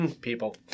people